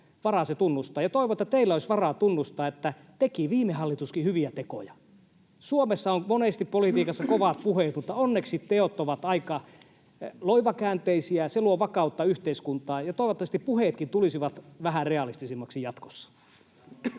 varaa se tunnustaa, ja toivon, että teillä olisi varaa tunnustaa, että teki viime hallituskin hyviä tekoja. Suomessa on monesti politiikassa kovat puheet, mutta onneksi teot ovat aika loivakäänteisiä. Se luo vakautta yhteiskuntaan, ja toivottavasti puheetkin tulisivat vähän realistisemmiksi jatkossa.